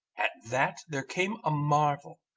at that there came a marvel.